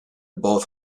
both